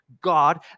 God